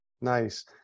Nice